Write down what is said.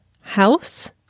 house